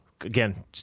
Again